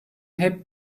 hep